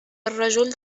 الرجل